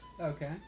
Okay